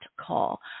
call